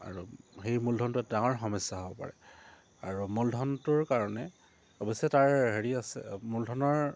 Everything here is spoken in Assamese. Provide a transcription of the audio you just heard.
আৰু সেই মূলধনটো ডাঙৰ সমস্যা হ'ব পাৰে আৰু মূলধনটোৰ কাৰণে অৱশ্যে তাৰ হেৰি আছে মূলধনৰ